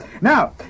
Now